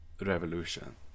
Revolution